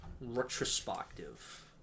retrospective